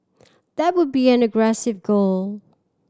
that would be an aggressive goal